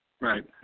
Right